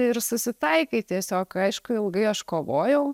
ir susitaikai tiesiog aišku ilgai aš kovojau